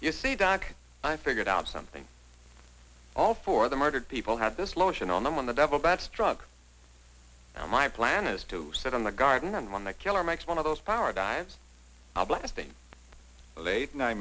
you see doc i figured out something all for the murdered people have this lotion on them when the devil bat's drug my plan is to sit in the garden and when the killer makes one of those power dives are blasting late ni